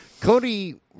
Cody